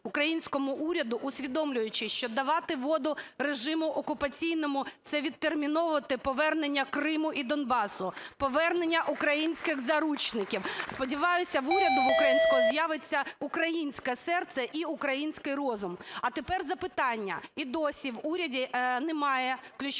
українському уряду, усвідомлюючи, що давати воду режиму окупаційному – це відтерміновувати повернення Криму і Донбасу, повернення українських заручників. Сподіваюсь, в уряду українського з'являться українське серце і український розум. А тепер запитання. І досі в уряді немає ключових